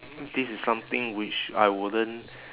this is something which I wouldn't